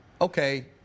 okay